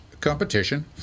competition